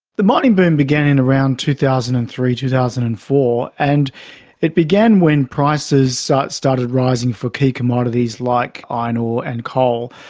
the mining boom began in around two thousand and three, two thousand and four, and it began when prices ah started rising for key commodities like iron ore and coal.